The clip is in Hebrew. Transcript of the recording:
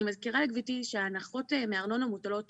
אני מזכירה לגברתי שההנחות מארנונה מוטלות